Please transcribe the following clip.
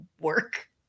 work